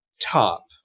top